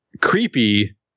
Creepy